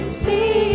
see